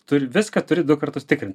turi viską turi du kartus tikrint